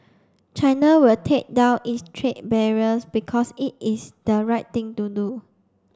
China will take down its trade barriers because it is the right thing to do